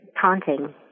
taunting